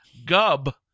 gub